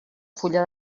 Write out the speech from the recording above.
fulla